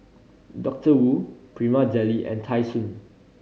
Doctor Wu Prima Deli and Tai Sun